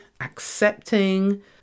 accepting